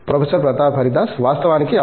professor Pratap Haridas వాస్తవానికి అవును